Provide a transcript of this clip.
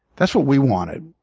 that's what we wanted.